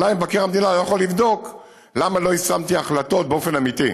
עליי מבקר המדינה לא יכול לבדוק למה לא יישמתי החלטות באופן אמיתי.